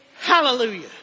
Hallelujah